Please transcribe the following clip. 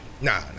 Nah